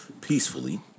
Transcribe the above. peacefully